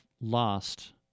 lost